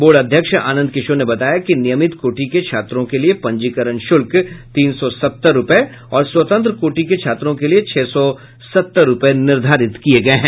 board अध्यक्ष आनंद किशोर ने बताया कि नियमित कोटि के छात्रों के लिए पंजीकरण शुल्क तीन सौ सत्तर और स्वतंत्र कोटि के छात्रों के लिए छह सौ सत्तर रूपये निर्धारित किये गये हैं